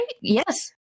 Yes